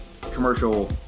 commercial